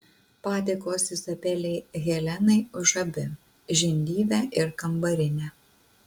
padėkos izabelei helenai už abi žindyvę ir kambarinę